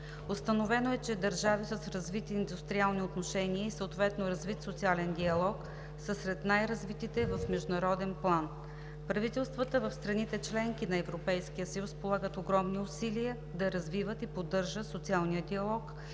Установено е, че държави с развити индустриални отношения и съответно развит социален диалог са сред най-развитите в международен план. Правителствата в страните – членки на Европейския съюз, полагат огромни усилия да развиват и поддържат социалния диалог